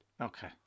Okay